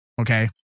okay